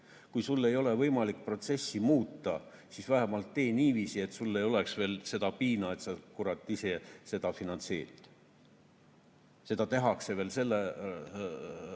Kui sul ei ole võimalik protsessi muuta, siis vähemalt tee niiviisi, et sul ei oleks veel seda piina, et sa, kurat, ise seda finantseerid. Seda tehakse veel selle rahaga,